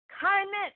kindness